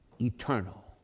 eternal